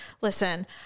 Listen